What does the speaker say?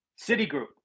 Citigroup